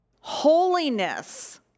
Holiness